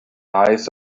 eyes